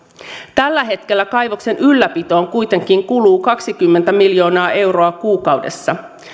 tällä hetkellä kaivoksen ylläpitoon kuitenkin kuluu kaksikymmentä miljoonaa euroa kuukaudessa